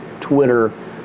Twitter